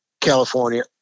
California